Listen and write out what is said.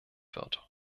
wird